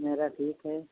मेरा ठीक है